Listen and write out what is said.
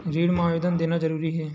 ऋण मा आवेदन देना जरूरी हे?